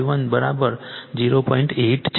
8 છે